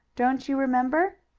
don't you remember?